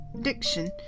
diction